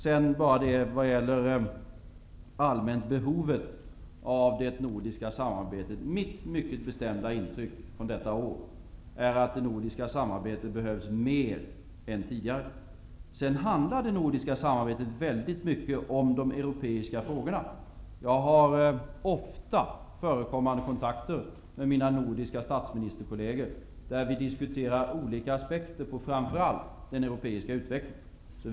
Beträffande allmänbehovet av det nordiska samarbetet är mitt bestämda intryck från detta råd att det nordiska samarbetet behövs mer än tidigare. Sedan handlar det nordiska samarbetet väldigt mycket om de europeiska frågorna. Jag har ofta förekommande kontakter med mina nordiska statsministerkolleger då vi diskuterar olika aspekter på framför allt den europeiska utvecklingen.